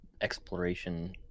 exploration